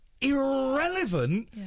irrelevant